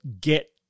get